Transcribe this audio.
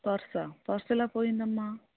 పర్సా purse ఎలా పోయిందమ్మా